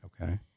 Okay